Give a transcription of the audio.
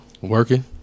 working